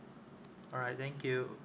alright thank you